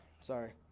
Sorry